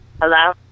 Hello